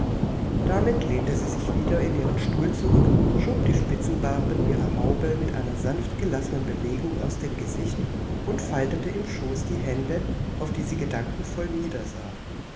damit lehnte sie sich wieder in ihren stuhl zurück schob die spitzenbarben ihrer haube mit einer sanft gelassenen bewegung aus dem gesicht und faltete im schoß die hände auf die sie gedankenvoll niedersah